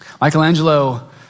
Michelangelo